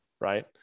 right